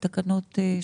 בהנחיות ההתגוננות.